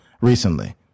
recently